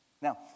Now